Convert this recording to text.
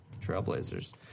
Trailblazers